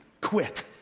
quit